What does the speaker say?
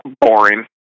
Boring